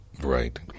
Right